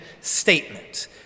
statement